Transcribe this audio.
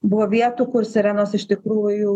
buvo vietų kur sirenos iš tikrųjų